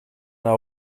our